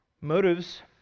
Motives